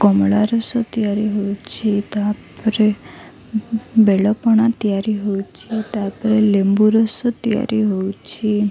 କମଳା ରସ ତିଆରି ହେଉଛି ତାପରେ ବେଳପଣା ତିଆରି ହେଉଛି ତାପରେ ଲେମ୍ବୁରସ ତିଆରି ହେଉଛି